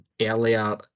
earlier